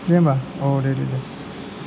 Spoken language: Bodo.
दे होमबा औ दे दे दे